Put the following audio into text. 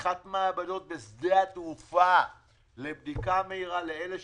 פתיחת מעבדות בשדה התעופה לבדיקה מהירה לאלה שחוזרים,